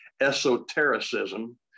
esotericism